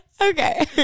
Okay